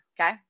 Okay